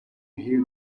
rir